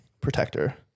protector